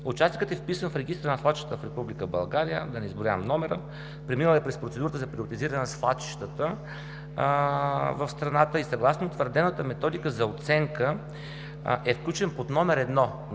Участъкът е вписан в регистъра на свлачищата в Република България, преминал е през процедура за приоритизиране на свлачищата в страната и съгласно утвърдената методика за оценка е включен под № 1